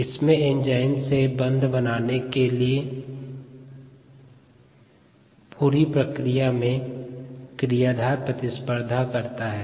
इसमें एंजाइम से बंध बनाने की प्रक्रिया में क्रियाधार प्रतिस्पर्धा करता है